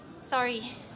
sorry